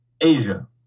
Asia